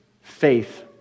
faith